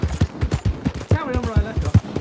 just carry on where i left off.